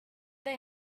they